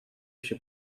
еще